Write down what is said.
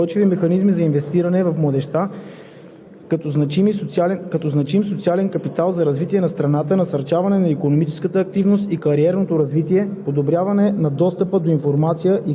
Основните аспекти и приоритети, залегнали в Националната стратегия за младежта 2010 – 2020 г., са подобряване на качеството на живот на младите хора чрез устойчиви механизми за инвестиране в младежта